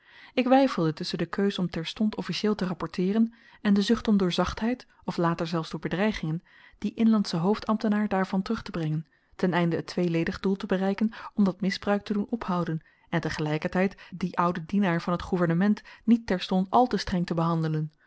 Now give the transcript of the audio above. ik weifelde tusschen de keus om terstond officieel te rapporteeren en de zucht om door zachtheid of later zelfs door bedreigingen dien inlandschen hoofdambtenaar daarvan terug te brengen ten einde het tweeledig doel te bereiken om dat misbruik te doen ophouden en te gelyker tyd dien ouden dienaar van het gouvernement niet terstond al te streng te behandelen